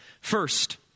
First